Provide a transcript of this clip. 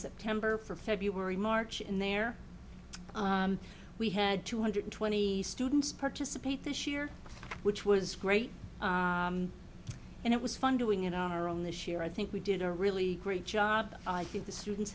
september for february march and there we had two hundred twenty students participate this year which was great and it was fun doing in our own this year i think we did a really great job i think the students